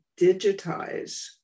digitize